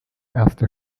erste